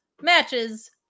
matches